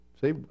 See